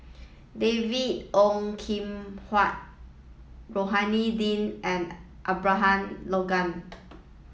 David Ong Kim Huat Rohani Din and Abraham Logan